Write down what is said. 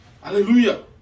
Hallelujah